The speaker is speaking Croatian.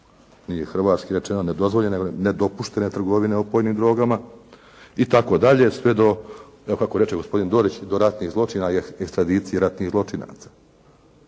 nije hrvatski rečeno nedozvoljene, nego nedopuštene trgovine opojnim drogama itd. sve do kako reče gospodin Dorić do ratnih zločina i …/Govornik se ne razumije./… ratnih zločinaca.